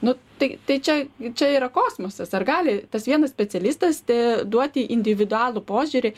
nu tai tai čia čia yra kosmosas ar gali tas vienas specialistas t duoti individualų požiūrį